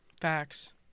Facts